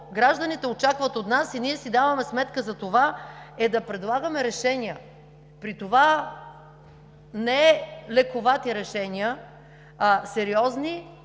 гражданите очакват от нас и ние си даваме сметка за това, е да предлагаме решения, при това не лековати решения, а сериозни,